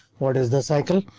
what is the cycle?